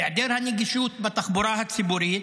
היעדר הנגישות בתחבורה הציבורית